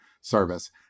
service